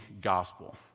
gospel